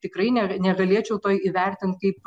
tikrai neg negalėčiau to įvertint kaip